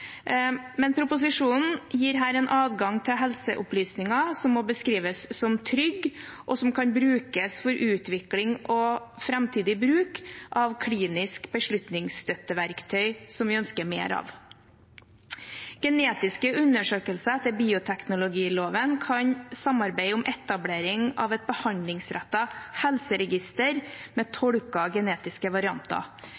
Men proposisjonen gir her en adgang til helseopplysninger som må beskrives som trygg, og som kan brukes for utvikling og framtidig bruk av klinisk beslutningsstøtteverktøy som vi ønsker mer av. Endringene åpner for at virksomheter som gjør genetiske undersøkelser etter bioteknologiloven, kan samarbeide om etablering av et behandlingsrettet helseregister med